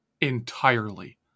entirely